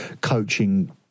coaching